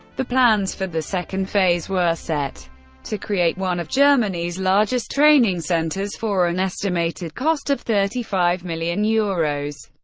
the plans for the second phase were set to create one of germanys largest training centers for an estimated cost of thirty five million euros.